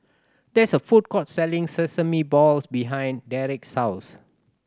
there is a food court selling sesame balls behind Drake's house